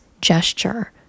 gesture